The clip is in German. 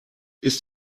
ist